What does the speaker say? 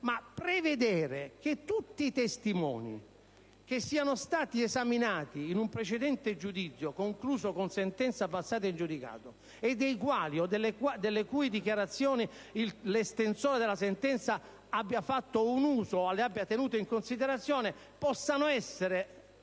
Ma prevedere che tutti i testimoni che siano stati esaminati in un precedente giudizio concluso con sentenza passata in giudicato, e delle cui dichiarazioni l'estensore della sentenza abbia fatto un uso, le abbiano tenute in considerazione, possano essere